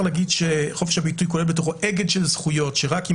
להגיד שחופש הביטוי כולל בתוכו אגד של זכויות שרק אם